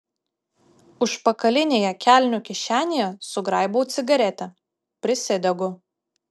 užpakalinėje kelnių kišenėje sugraibau cigaretę prisidegu